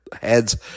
heads